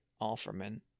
Offerman